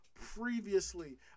previously